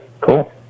cool